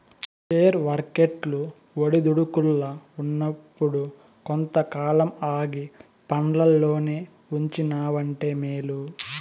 share వర్కెట్లు ఒడిదుడుకుల్ల ఉన్నప్పుడు కొంతకాలం ఆగి పండ్లల్లోనే ఉంచినావంటే మేలు